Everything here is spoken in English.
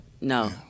no